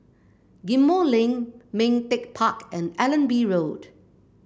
Ghim Moh Link Ming Teck Park and Allenby Road